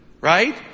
right